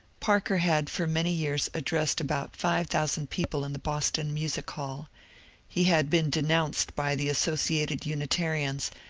parker had for many years addressed about five thousand people in the boston music hall he had been denounced by the associated unitarians,